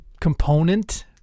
component